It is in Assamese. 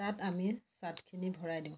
তাত আমি চাটখিনি ভৰাই দিওঁ